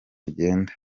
rigenda